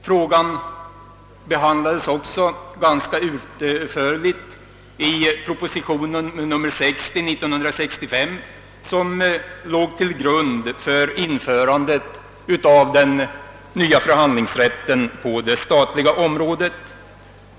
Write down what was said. Frågan behandlades också ganska utförligt i proposition nr 60/1965, som låg till grund för införandet av den nya förhandlingsrätten på det statliga området.